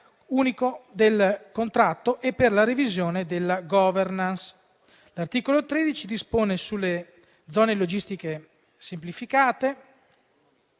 unico del contratto e per la revisione della *governance*. L'articolo 13 dispone sulle zone logistiche semplificate,